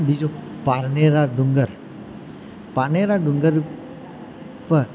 બીજો પારનેરા ડુંગર પાનેરા ડુંગર પર